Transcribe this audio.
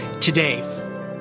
today